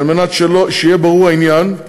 כדי שהעניין יהיה ברור,